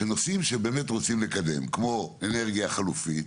נושאים שבאמת רוצים לקדם, כמו אנרגיה חלופית.